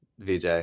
vj